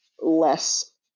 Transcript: less